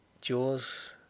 Jaws